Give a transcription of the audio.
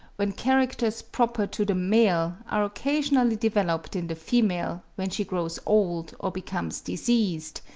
when characters proper to the male are occasionally developed in the female when she grows old or becomes diseased,